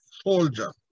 soldier